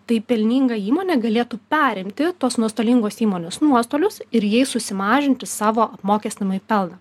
tai pelninga įmonė galėtų perimti tos nuostolingos įmonės nuostolius ir jais susimažinti savo apmokestinamąjį pelną